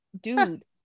dude